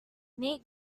need